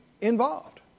involved